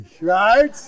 right